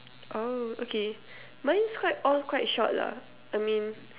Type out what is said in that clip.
oh okay mine's quite all quite short lah I mean